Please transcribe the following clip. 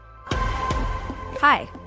Hi